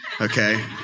Okay